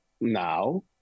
Now